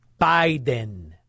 biden